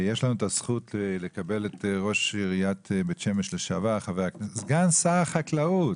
יש לנו את הזכות לקבל כאן את סגן שר החקלאות,